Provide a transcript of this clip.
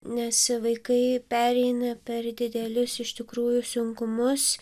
nes vaikai pereina per didelius iš tikrųjų sunkumus